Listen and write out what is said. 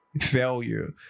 Failure